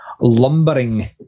lumbering